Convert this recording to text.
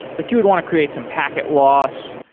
like you would want to create some packet loss,